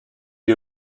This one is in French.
est